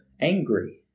angry